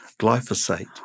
glyphosate